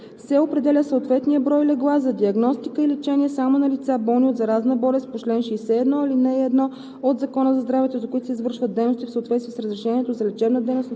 26а и 26б се определя съответният брой легла за диагностика и лечение само на лица, болни от заразна болест по чл. 61, ал. 1